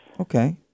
Okay